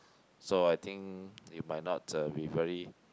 so I think you might not uh be very